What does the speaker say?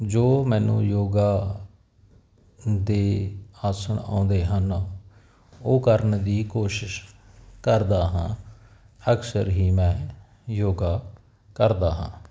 ਜੋ ਮੈਨੂੰ ਯੋਗਾ ਦੇ ਆਸਣ ਆਉਂਦੇ ਹਨ ਉਹ ਕਰਨ ਦੀ ਕੋਸ਼ਿਸ਼ ਕਰਦਾ ਹਾਂ ਅਕਸਰ ਹੀ ਮੈਂ ਯੋਗਾ ਕਰਦਾ ਹਾਂ